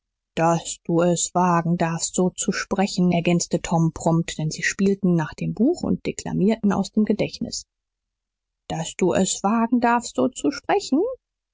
daß daß du es wagen darfst so zu sprechen ergänzte tom prompt denn sie spielten nach dem buch und deklamierten aus dem gedächtnis daß du es wagen darfst so zu sprechen